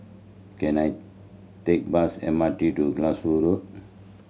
can I take bus M R T to Glasgow Road